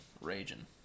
raging